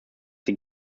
die